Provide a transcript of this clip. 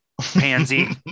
Pansy